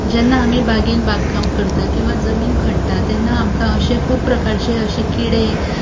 जेन्ना आमी बागेंत बाग काम करता किंवां जमीन खणटा तेन्ना आमकां अशें खूब प्रकारचे अशें किडे